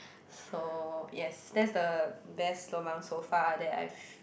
so yes that's the best lobang so far that I've